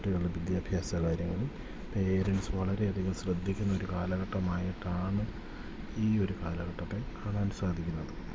കുട്ടികളുടെ വിദ്യാഭ്യാസ കാര്യങ്ങളിൽ പേരെൻറ്റ്സ് വളരെയധികം ശ്രദ്ധിക്കുന്നൊരു കാലഘട്ടമായിട്ടാണ് ഈ ഒരു കാലഘട്ടത്തെ കാണാൻ സാധിക്കുന്നത്